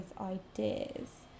ideas